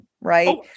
right